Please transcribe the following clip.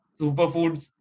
superfoods